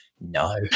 no